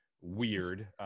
weird